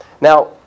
Now